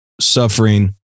suffering